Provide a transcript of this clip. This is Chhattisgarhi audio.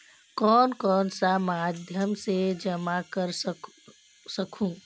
कौन कौन सा माध्यम से जमा कर सखहू?